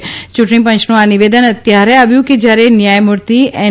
યૂંટણીપંચનું આ નિવેદન ત્યારે આવ્યું કે યારે ન્યાયમૂર્તિ એન